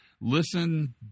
Listen